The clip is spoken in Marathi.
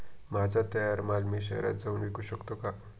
माझा तयार माल मी शहरात जाऊन विकू शकतो का?